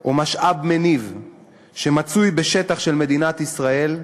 או משאב מניב שמצוי בשטח של מדינת ישראל,